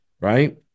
Right